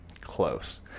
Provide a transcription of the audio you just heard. close